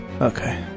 Okay